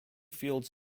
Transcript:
fields